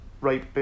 right